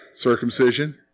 Circumcision